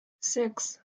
six